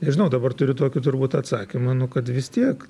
nežinau dabar turiu tokį turbūt atsakymą nu kad vis tiek